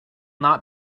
not